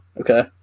okay